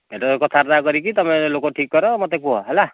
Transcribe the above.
ସେଇଟା କଥାବର୍ତ୍ତା କରିକି ତୁମେ ଲୋକ ଠିକ କର ମୋତେ କୁହ ହେଲା